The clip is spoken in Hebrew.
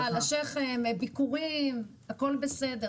טפיחה על השכם, ביקורים, הכול בסדר.